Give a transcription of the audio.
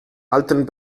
alten